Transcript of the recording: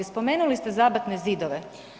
Spomenuli ste zabatne zidove.